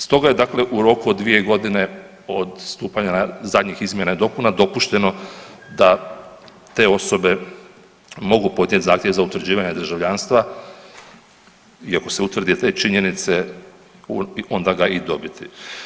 Stoga je dakle u roku od 2 godine od stupanja na, zadnjih izmjena i dopuna dopušteno da te osobe mogu podnijeti zahtjev za utvrđivanje državljanstva i ako se utvrdi te činjenice, onda ga i dobiti.